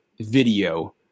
video